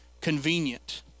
convenient